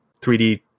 3d